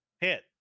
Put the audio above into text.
Hit